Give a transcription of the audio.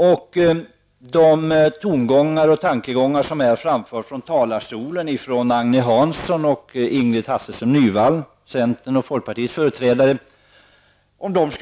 Om de tongångar och tankegångar som har framförts från talarstolen från Agne Hansson, centern, och Ingrid Hasselström Nyvall, folkpartiet, skulle